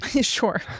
Sure